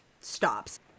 stops